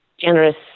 generous